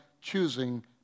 choosing